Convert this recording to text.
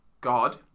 God